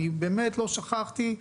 באמת לא שכחתי,